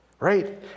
Right